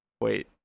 Wait